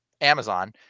Amazon